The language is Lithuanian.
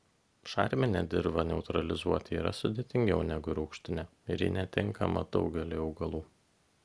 šarminę dirvą neutralizuoti yra sudėtingiau negu rūgštinę ir ji netinkama daugeliui augalų